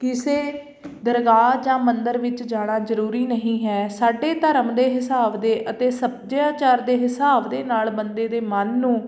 ਕਿਸੇ ਦਰਗਾਹ ਜਾਂ ਮੰਦਰ ਵਿੱਚ ਜਾਣਾ ਜ਼ਰੂਰੀ ਨਹੀਂ ਹੈ ਸਾਡੇ ਧਰਮ ਦੇ ਹਿਸਾਬ ਦੇ ਅਤੇ ਸੱਭਿਆਚਾਰ ਦੇ ਹਿਸਾਬ ਦੇ ਨਾਲ ਬੰਦੇ ਦੇ ਮਨ ਨੂੰ